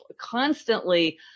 constantly